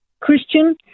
Christian